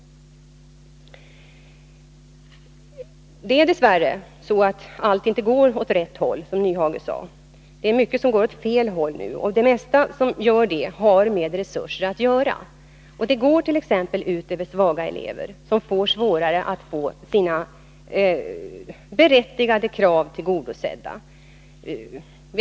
Dess värre går allt inte åt rätt håll, som Hans Nyhage påstod. Det är mycket som går åt fel håll nu, och det mesta av detta har med resurserna att göra. Det går t.ex. ut över svaga elever, som får det svårare att få sina berättigade krav tillgodosedda.